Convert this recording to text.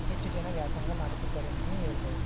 ಹೆಚ್ಚು ಜನ ವ್ಯಾಸಂಗ ಮಾಡುತ್ತಿದ್ದಾರೆ ಅಂತಲೇ ಹೇಳಬಹುದು